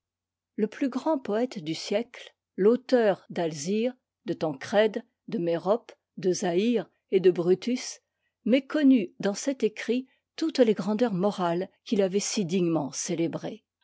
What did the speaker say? le plus grand poëte du siècle l'auteur d s re de tancrède de merope de zaïre et de cn m méconnut dans cet écrit toutes les grandeurs morales qu'il avait si dignement célébrées